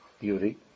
beauty